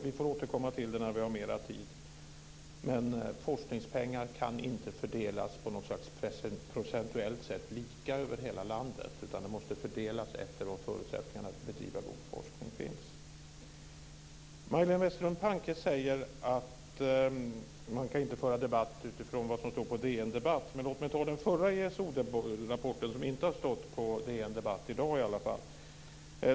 Vi får återkomma till detta när vi har mer tid. Men forskningspengar kan inte fördelas procentuellt lika på något sätt över hela landet, utan de måste fördelas efter var förutsättningarna att bedriva god forskning finns. Majléne Westerlund Panke säger att man inte kan föra debatt utifrån vad som står på DN Debatt. Men låt mig nämna den förra ESO-rapporten, som det inte har talats om på DN Debatt i dag i alla fall.